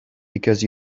because